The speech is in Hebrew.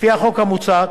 לפי החוק המוצע,